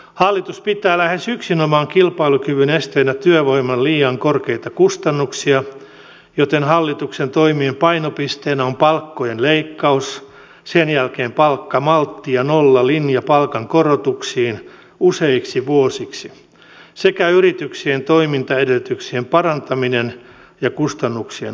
hallitus pitää lähes yksinomaan kilpailukyvyn esteenä työvoiman liian korkeita kustannuksia joten hallituksen toimien painopisteenä on palkkojen leikkaus sen jälkeen palkkamaltti ja nollalinja palkankorotuksiin useiksi vuosiksi sekä yrityksien toimintaedellytyksien parantaminen ja kustannuksien alentaminen